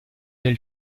del